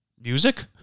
Music